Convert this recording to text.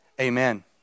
amen